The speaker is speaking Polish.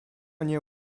nie